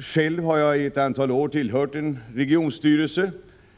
Själv har jag i ett antal år tillhört en regionstyrelse.